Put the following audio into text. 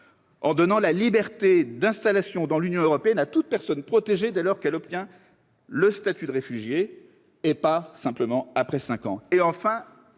en donnant la liberté d'installation dans l'Union européenne à toute personne protégée dès lors qu'elle obtient le statut de réfugié et pas simplement après cinq ans